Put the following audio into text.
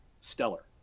stellar